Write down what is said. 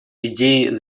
идеи